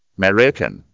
American